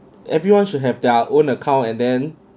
everyone should have their own account and then